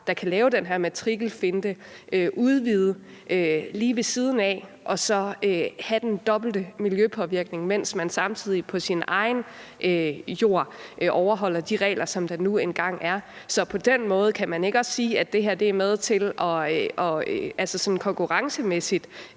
der kan lave den her matrikelfinte og udvide lige ved siden af og så have den dobbelte miljøpåvirkning, mens den person samtidig på sin egen jord overholder de regler, der nu engang er. Så kan man ikke også på den måde sige, at det her er med til sådan konkurrencemæssigt